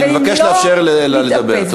אני מבקש לאפשר לה לדבר.